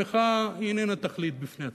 המחאה איננה תכלית בפני עצמה.